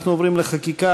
אנחנו עוברים לחקיקה.